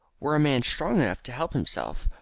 were a man strong enough to help himself,